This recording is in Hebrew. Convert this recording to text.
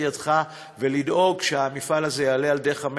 ידך ולדאוג שהמפעל הזה יעלה על דרך המלך.